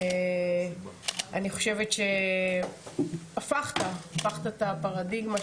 אני חושבת שהפכת את הפרדיגמה,